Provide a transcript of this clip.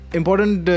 important